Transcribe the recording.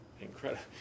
incredible